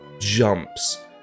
jumps